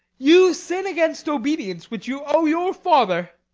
you sin against obedience, which you owe your father.